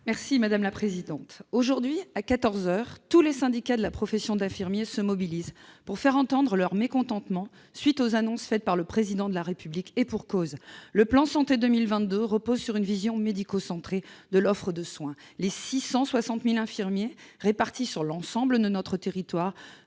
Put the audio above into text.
et de la santé. Aujourd'hui, à quatorze heures, tous les syndicats de la profession d'infirmier se mobilisent pour faire entendre leur mécontentement à la suite des annonces du Président de la République. Et pour cause ! Le plan « Santé 2022 » repose sur une vision médico-centrée de l'offre de soins. Les 660 000 infirmiers répartis sur l'ensemble de notre territoire